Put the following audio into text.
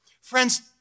Friends